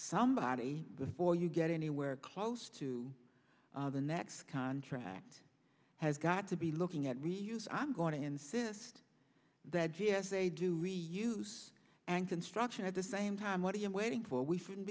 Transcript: somebody before you get anywhere close to the next contract has got to be looking at reviews i'm going to insist that she has a do reuse and construction at the same time what are you waiting for we should